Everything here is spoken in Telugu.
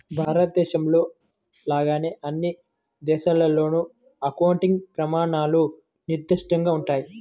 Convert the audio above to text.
భారతదేశంలో లాగానే అన్ని దేశాల్లోనూ అకౌంటింగ్ ప్రమాణాలు నిర్దిష్టంగా ఉంటాయి